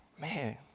Man